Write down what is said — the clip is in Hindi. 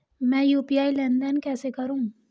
मैं यू.पी.आई लेनदेन कैसे करूँ?